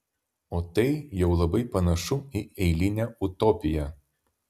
o tai jau labai panašu į eilinę utopiją